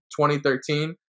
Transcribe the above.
2013